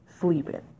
sleeping